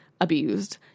abused